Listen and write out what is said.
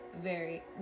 very-